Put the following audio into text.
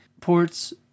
ports